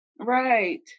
right